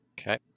Okay